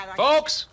folks